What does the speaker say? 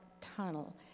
tunnel